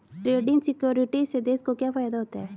Trading securities से देश को क्या फायदा होता है?